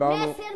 מסר